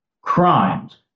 crimes